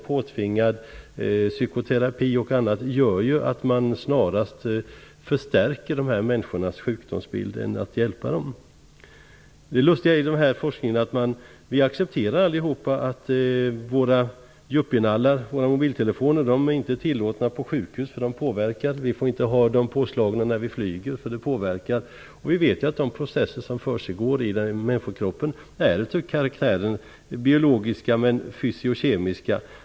Påtvingad psykoterapi och annat gör att man snarare förstärker dessa människors sjukdomsbild än hjälper dem. Vi accepterar allihop att våra yuppienallar - våra mobiltelefoner - inte är tillåtna på sjukhus därför att de påverkar. Vi får inte ha dem påslagna när vi flyger, för de påverkar. Vi vet att de processer som försiggår i människokroppen till karaktären är biologiska men fysiokemiska.